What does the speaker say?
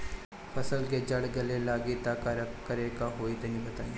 फसल के जड़ गले लागि त का करेके होई तनि बताई?